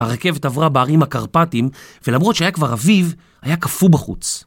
הרכבת עברה בערים הקרפטים, ולמרות שהיה כבר אביב, היה קפוא בחוץ.